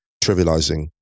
trivializing